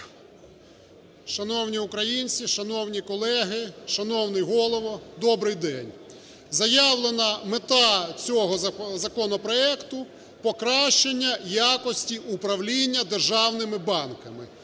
Шановні українці, шановні колеги, шановний Голово, добрий день! Заявлена мета цього законопроекту – покращення якості управління державними банками.